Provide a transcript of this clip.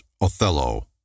Othello